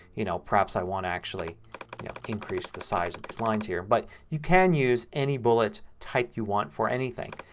you know, perhaps i want to actually yeah increase the size of these lines. but you can use any bullet type you want for anything.